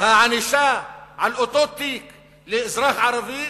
הענישה על אותו תיק לאזרח ערבי